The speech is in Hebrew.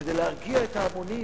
כדי להרגיע את ההמונים.